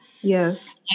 Yes